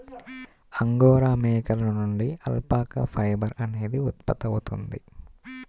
angora మేకల నుండి alpaca fibre అనేది ఉత్పత్తవుతుంది